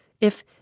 if